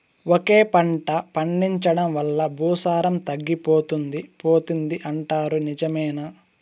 ఒకే పంట పండించడం వల్ల భూసారం తగ్గిపోతుంది పోతుంది అంటారు నిజమేనా